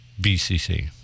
BCC